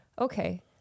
okay